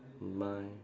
my